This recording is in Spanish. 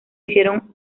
hicieron